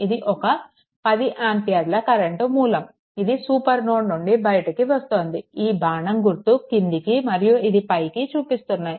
ఇది ఒక 10 ఆంపియర్ల కరెంట్ మూలం ఇది సూపర్ నోడ్ నుండి బయటికి వస్తోంది ఈ బాణం గుర్తు కిందికి మరియు ఇది పైకి చూపిస్తున్నాయి